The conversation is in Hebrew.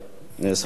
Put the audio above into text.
שר החינוך,